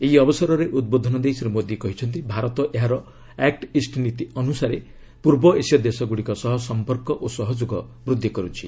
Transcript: ଏହି ଅବସରରେ ଉଦ୍ବୋଧନ ଦେଇ ଶ୍ରୀ ମୋଦୀ କହିଛନ୍ତି ଭାରତ ଏହାର ଆକୁଇଷ୍ଟ ନୀତି ଅନୁସାରେ ପୂର୍ବ ଏସୀୟ ଦେଶଗୁଡ଼ିକ ସହ ସମ୍ପର୍କ ଓ ସହଯୋଗ ବୃଦ୍ଧି କରୁଛି